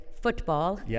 football